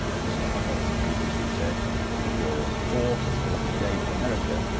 mr. huttle had previously said the glorious fourth is a lucky day for america,